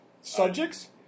subjects